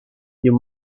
you